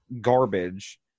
garbage